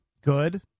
Good